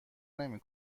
نمی